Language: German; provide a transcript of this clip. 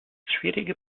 schwierige